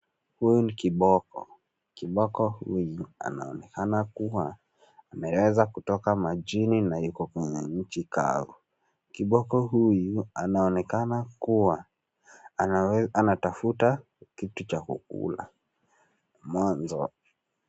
Huyu ni kiboko. Kiboko huyu anaonekana kua ameweza kutoka majini na yuko kwenye nchi kavu. Kiboko huyu anaonekana kua anatafuta kitu cha kukula.